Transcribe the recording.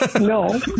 No